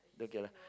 okay lah